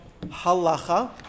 Halacha